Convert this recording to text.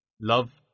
love